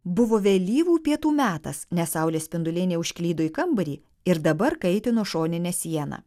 buvo vėlyvų pietų metas nes saulės spinduliai neužklydo į kambarį ir dabar kaitino šoninę sieną